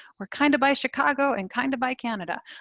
we're kind of by chicago and kind of by canada.